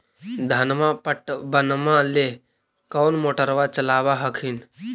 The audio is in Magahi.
धनमा पटबनमा ले कौन मोटरबा चलाबा हखिन?